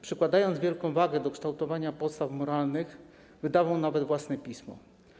Przykładając wielką wagę do kształtowania postaw moralnych, wydawał nawet własne pismo.